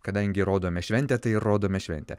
kadangi rodome šventę tai ir rodome šventę